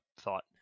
thought